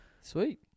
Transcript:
Sweet